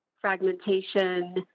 fragmentation